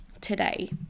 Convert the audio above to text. today